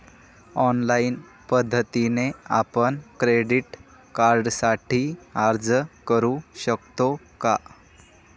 Online पद्धतीने आपण credit कार्डसाठी अर्ज करु शकतो का?